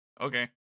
Okay